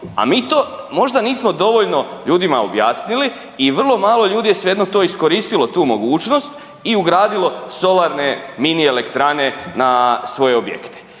a mi to možda nismo dovoljno ljudima objasnili i vrlo malo ljudi je svejedno iskoristilo tu mogućnost i ugradilo solarne mini elektrane na svoje objekte.